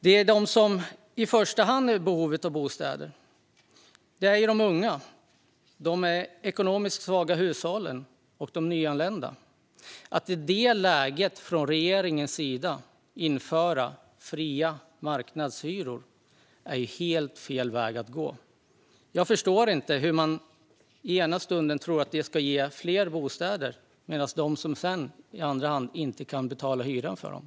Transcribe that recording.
De som i första hand är i behov av bostäder är de unga, de ekonomiskt svaga hushållen och de nyanlända. Att i det läget, som regeringen vill göra, införa fria marknadshyror är helt fel väg att gå. Jag förstår inte hur man kan tro att det ska leda till fler bostäder när de som behöver boende inte kan betala hyran för dem.